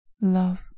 love